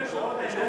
מקורות אנרגיה?